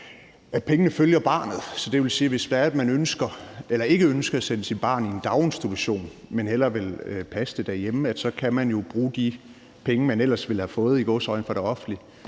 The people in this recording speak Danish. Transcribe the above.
at pengene følger barnet. Det vil sige, at hvis man ikke ønsker at sende sit barn i en daginstitution, men hellere vil passe det derhjemme, så kan man bruge de penge, man ellers ville have fået – i gåseøjne – fra det offentlige,